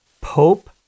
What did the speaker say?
Pope